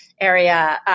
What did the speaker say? area